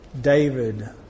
David